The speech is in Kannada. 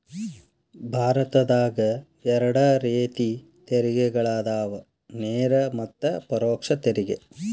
ಭಾರತದಾಗ ಎರಡ ರೇತಿ ತೆರಿಗೆಗಳದಾವ ನೇರ ಮತ್ತ ಪರೋಕ್ಷ ತೆರಿಗೆ